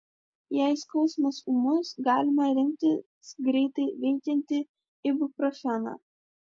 jei skausmas ūmus galima rinktis greitai veikiantį ibuprofeną